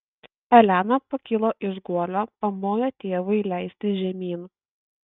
elena pakilo iš guolio pamojo tėvui leistis žemyn